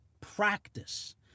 practice